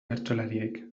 bertsolariek